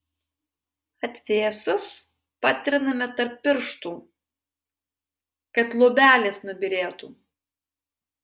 atvėsus patriname tarp pirštų kad luobelės nubyrėtų